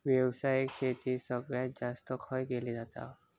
व्यावसायिक शेती सगळ्यात जास्त खय केली जाता?